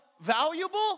valuable